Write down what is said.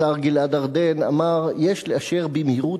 השר גלעד ארדן אמר: "יש לאשר במהירות